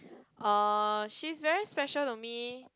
uh she's very special to me